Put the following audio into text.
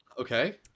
Okay